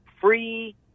free